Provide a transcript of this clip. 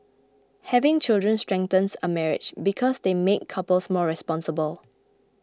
having children strengthens a marriage because they make couples more responsible